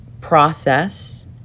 process